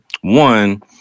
one